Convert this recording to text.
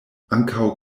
ankaŭ